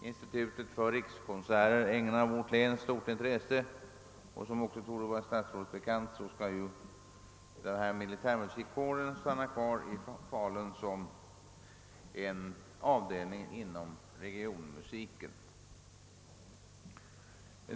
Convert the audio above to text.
Institutet för rikskonserter ägnar vårt län stort intresse, och som torde vara bekant för statsrådet skall militärmusikkåren stanna kvar i Falun som en avdelning inom regionmusiken.